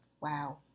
Wow